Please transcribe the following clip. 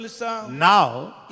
Now